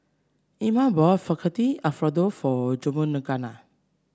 Ima bought Fettuccine Alfredo for Georganna